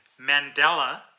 Mandela